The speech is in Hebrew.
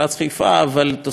אבל תוסיף סיכונים,